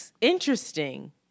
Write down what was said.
interesting